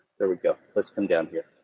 there we go, let's come down here,